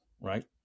right